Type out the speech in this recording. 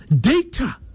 data